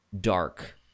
dark